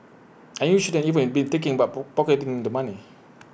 and you shouldn't even be thinking about poor pocketing the money